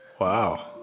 Wow